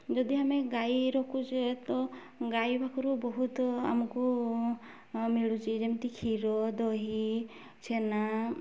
ଯଦି ଆମେ ଗାଈ ରଖୁଛେ ତ ଗାଈ ପାଖରୁ ବହୁତ ଆମକୁ ମିଳୁଛି ଯେମିତି କ୍ଷୀର ଦହି ଛେନା